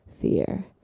fear